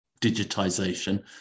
digitization